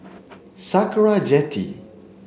Sakra Jetty